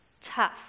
tough